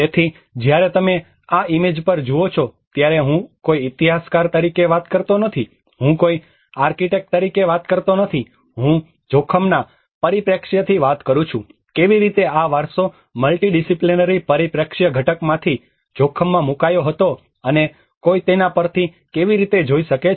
તેથી જ્યારે તમે આ ઇમેજ પર જુઓ છો ત્યારે હું કોઈ ઇતિહાસકાર તરીકે વાત કરતો નથી હું કોઈ આર્કિટેક્ટ તરીકે વાત કરતો નથી હું જોખમના પરિપ્રેક્ષ્યથી વાત કરું છું કેવી રીતે આ વારસો મલ્ટિ ડિસિપ્લિનરી પરિપ્રેક્ષ્ય ઘટક માંથી જોખમમાં મૂકાયો હતો અને કોઈ તેના પરથી કેવી રીતે જોઈ શકે છે